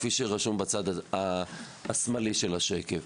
כפי שרשום בצד השמאלי של השקף.